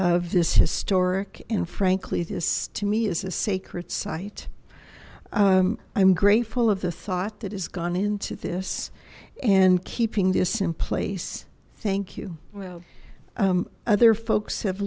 of this historic and frankly this to me is a sacred site i'm grateful of the thought that has gone into this and keeping this in place thank you well other folks have